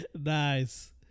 nice